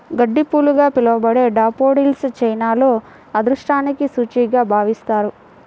గడ్డిపూలుగా పిలవబడే డాఫోడిల్స్ చైనాలో అదృష్టానికి సూచికగా భావిస్తారు